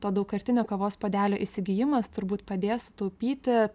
to daugkartinio kavos puodelio įsigijimas turbūt padės sutaupyti